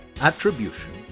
Attribution